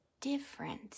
different